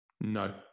No